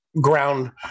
ground